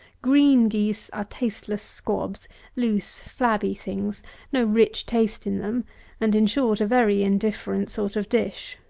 green geese are tasteless squabs loose flabby things no rich taste in them and, in short, a very indifferent sort of dish.